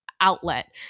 outlet